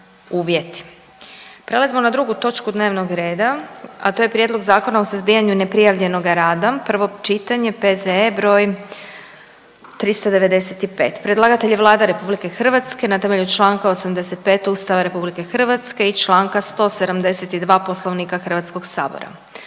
Prelazimo na drugu točku dnevnog reda, a to je: - Prijedlog Zakona o suzbijanju neprijavljenoga rada, prvo čitanje, P.Z.E. br. 395; Predlagatelj je Vlada RH na temelju čl. 85 Ustava RH i čl. 172 Poslovnika Hrvatskoga sabora.